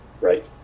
Right